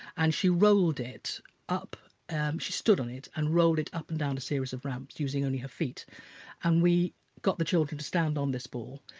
and she rolled it up she stood on it and rolled it up and down a series of ramps using only her feet and we got the children to stand on this ball,